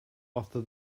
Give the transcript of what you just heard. after